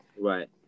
right